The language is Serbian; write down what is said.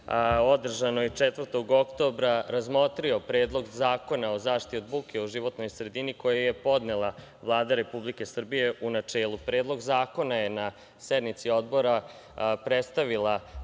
održanoj 4. oktobra razmotrio Predlog zakona o zaštiti od buke u životnoj sredini koji je podnela Vlada Republike Srbije u načelu. Predlog zakona je na sednici Odbora predstavila